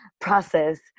process